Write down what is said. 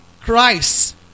Christ